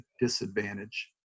disadvantage